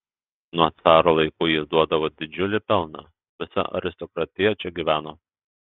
nuo caro laikų jis duodavo didžiulį pelną visa aristokratija čia gyveno